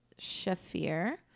Shafir